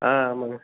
ஆ ஆமாங்க